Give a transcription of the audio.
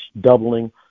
doubling